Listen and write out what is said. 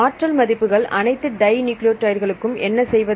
ஆற்றல் மதிப்புகள் அனைத்து டை நியூக்ளியோடைடு களுக்கும் என்ன செய்வது